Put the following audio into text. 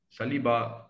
Saliba